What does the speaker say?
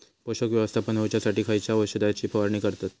पोषक व्यवस्थापन होऊच्यासाठी खयच्या औषधाची फवारणी करतत?